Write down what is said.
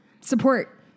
support